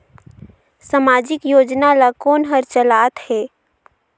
समाजिक योजना ला कोन हर चलाथ हे?